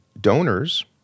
donors